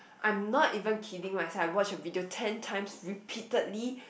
I'm not even kidding myself I watch a video ten times repeatedly